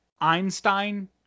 Einstein